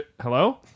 Hello